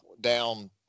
down